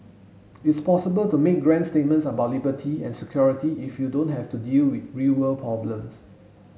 it's possible to make grand statements about liberty and security if you don't have to deal with real world problems